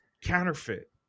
counterfeit